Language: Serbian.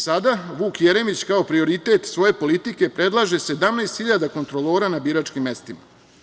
Sada, Vuk Jeremić kao prioritet svoje politike, predlaže 17 hiljada kontrolora na biračkim mestima.